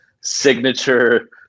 signature